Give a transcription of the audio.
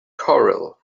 corral